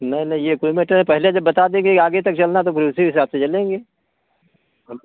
नहीं नहीं ये कोई मैटर है पहले जब बता देंगे आगे तक चलना है तो फिर उसी हिसाब से चलेंगे हम